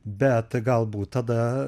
bet galbūt tada